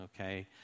okay